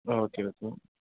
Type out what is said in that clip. ആ okay okay